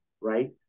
right